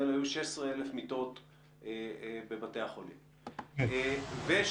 מצטרף למה שנאמר פה על יד מנהלי בתי החולים לגבי